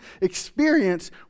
experience